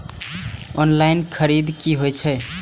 Online खरीद की होए छै?